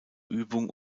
übung